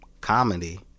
comedy